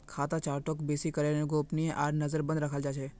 खाता चार्टक बेसि करे गोपनीय आर नजरबन्द रखाल जा छे